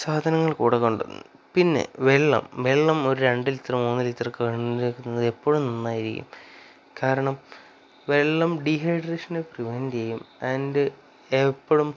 സാധനങ്ങൾ കൂടെ കൊണ്ട് പിന്നെ വെള്ളം വെള്ളം ഒരു രണ്ട് ലിറ്റർ മൂന്ന് ലിറ്റർ എപ്പോഴും നന്നായിരിക്കും കാരണം വെള്ളം ഡീഹൈഡ്രേഷനെ പ്രിവെൻറ് ചെയ്യും ആൻഡ് എപ്പോഴും